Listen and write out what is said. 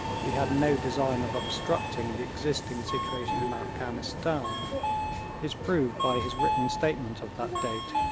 he had no design of obstructing the existing situation in afghanistan is proved by his written statement of that date,